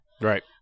Right